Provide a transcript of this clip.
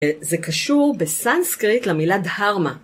זה קשור בסנסקריט למילה דהרמה.